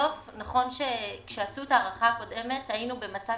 נכון שכשעשו את ההארכה הקודמת היינו במצב